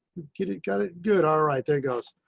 get it, got it. good. all right. there goes,